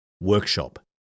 workshop